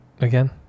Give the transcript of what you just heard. again